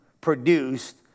produced